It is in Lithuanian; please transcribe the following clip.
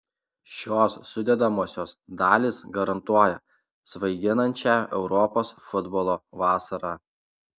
šios sudedamosios dalys garantuoja svaiginančią europos futbolo vasarą